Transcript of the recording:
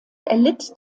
erlitt